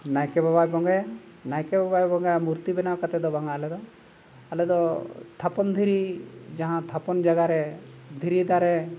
ᱱᱟᱭᱠᱮ ᱵᱟᱵᱟᱭ ᱵᱚᱸᱜᱟᱭᱟ ᱱᱟᱭᱠᱮ ᱵᱟᱵᱟᱭ ᱵᱚᱸᱜᱟᱭᱟ ᱢᱩᱨᱛᱤ ᱵᱮᱱᱟᱣ ᱠᱟᱛᱮ ᱫᱚ ᱵᱟᱝᱼᱟ ᱟᱞᱮᱫᱚ ᱟᱞᱮᱫᱚ ᱛᱷᱟᱯᱚᱱ ᱫᱷᱤᱨᱤ ᱡᱟᱦᱟᱸ ᱛᱷᱟᱯᱚᱱ ᱡᱟᱭᱜᱟ ᱨᱮ ᱫᱷᱤᱨᱤ ᱫᱟᱨᱮ